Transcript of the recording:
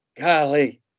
Golly